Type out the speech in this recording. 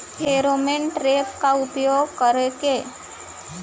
Pheromone trap का उपयोग कर के?